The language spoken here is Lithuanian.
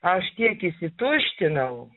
aš tiek išsituštinau